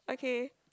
okay